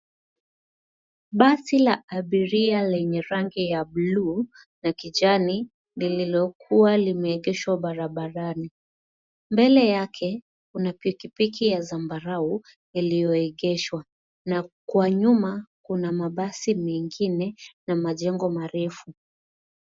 Basi la abiria lenye rangi ya bluu la kijani lililokua limeegeshwa barabarani, mbele yake kuna pikipiki ya zambarau yaliyoegeshwa na kwa nyuma kuna mabasi mengine na majengo marefu.